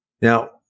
Now